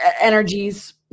energies